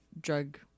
drug